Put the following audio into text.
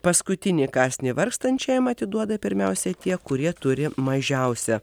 paskutinį kąsnį vargstančiajam atiduoda pirmiausia tie kurie turi mažiausią